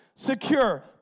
secure